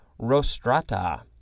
rostrata